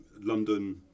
London